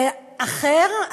ואחר,